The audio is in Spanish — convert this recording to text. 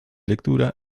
lectura